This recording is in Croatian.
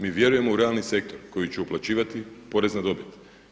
Mi vjerujemo u realni sektor koji će uplaćivati porez na dobit.